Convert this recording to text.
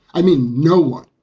i mean, no one.